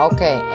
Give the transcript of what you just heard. Okay